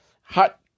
hot